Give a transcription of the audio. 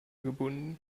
gebunden